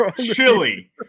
chili